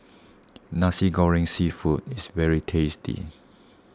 Nasi Goreng Seafood is very tasty